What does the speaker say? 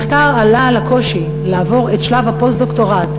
המחקר עלה על הקושי לעבור את שלב הפוסט-דוקטורט,